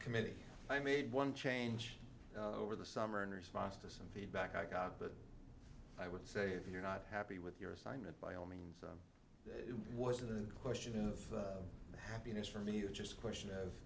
committee i made one change over the summer in response to some feedback i got but i would say if you're not happy with your assignment by all means it wasn't a question of happiness for me just a question of